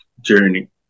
journey